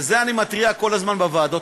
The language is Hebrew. ועל זה אני מתריע כל הזמן בוועדות.